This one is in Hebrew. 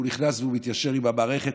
והוא נכנס ומתיישר עם המערכת.